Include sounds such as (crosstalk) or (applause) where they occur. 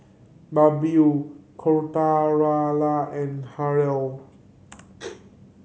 Birbal Koratala and Hri (noise)